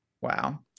Wow